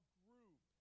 group